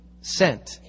Sent